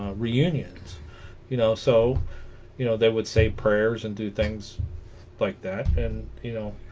ah reunions you know so you know that would say prayers and do things like that and you know